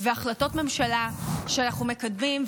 והחלטות ממשלה שאנחנו מקדמים,